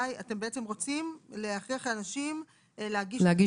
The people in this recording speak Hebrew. אתם בעצם רוצים להכריח אנשים להגיש